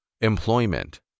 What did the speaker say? Employment